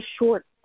short